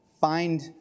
find